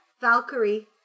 Valkyrie